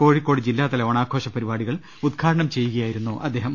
കോഴിക്കോട് ജില്ലാതല ഓണാഘോഷ പരിപാടികൾ ഉദ്ഘാടനം ചെയ്യുക യായിരുന്നു അദ്ദേഹം